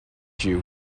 dew